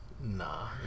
Nah